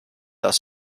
aus